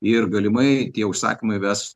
ir galimai tie užsakymai ves